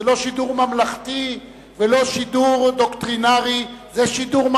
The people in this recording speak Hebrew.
זה לא שידור ממלכתי ולא שידור דוקטרינרי.